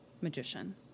magician